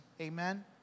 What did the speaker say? Amen